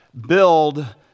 build